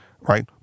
right